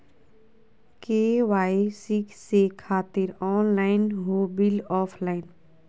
KYC से खातिर online हो बिल ऑफलाइन?